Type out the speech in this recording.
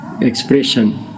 expression